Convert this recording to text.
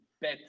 bet